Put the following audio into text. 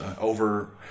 over